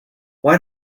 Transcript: why